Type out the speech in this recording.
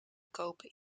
kopen